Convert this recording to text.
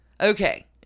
Okay